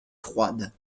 froide